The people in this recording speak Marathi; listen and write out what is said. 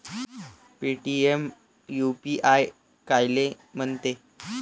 पेटीएम यू.पी.आय कायले म्हनते?